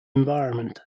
environment